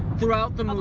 throughout the movie,